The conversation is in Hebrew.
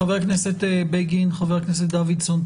חבר הכנסת בגין וחבר הכנסת דוידסון,